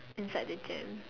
inside the jam